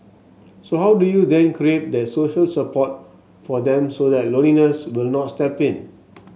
so how do you then create that social support for them so that loneliness will not step in